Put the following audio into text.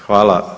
Hvala.